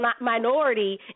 minority